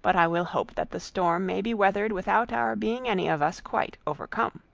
but i will hope that the storm may be weathered without our being any of us quite overcome.